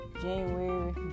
January